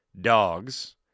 dogs